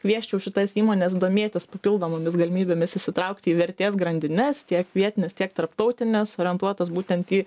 kviesčiau šitas įmones domėtis papildomomis galimybėmis įsitraukti į vertės grandines tiek vietines tiek tarptautines orientuotas būtent į